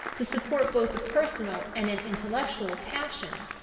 to support both a personal and an intellectual passion.